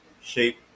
shape